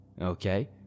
okay